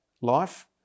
life